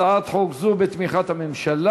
הצעת חוק זו היא בתמיכת הממשלה.